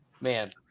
man